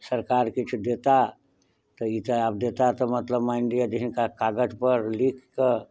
सरकार किछु देता तऽ ई तऽ आब देता तऽ मतलब मानि लिअ जे हिनका कागजपर लिखऽ के